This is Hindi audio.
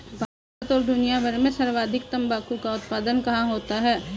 भारत और दुनिया भर में सर्वाधिक तंबाकू का उत्पादन कहां होता है?